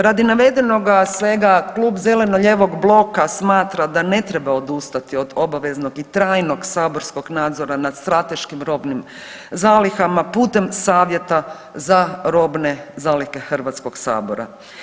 Radi navedenoga svega klub Zeleno-lijevog bloka smatra da ne treba odustati od obaveznog i trajnog saborskog nadzora nad strateškim robnim zalihama putem Savjeta za robne zalihe Hrvatskog sabora.